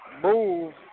move